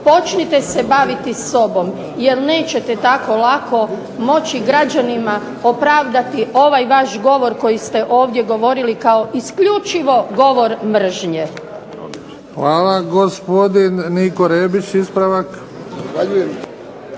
Počnite se baviti sobom, jer nećete tako lako moći građanima opravdati ovaj vaš govor koji ste ovdje govorili kao isključivo govor mržnje. **Bebić, Luka (HDZ)** Hvala. Gospodin Niko Rebić, ispravak.